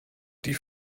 die